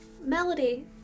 Melody